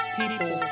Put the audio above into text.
people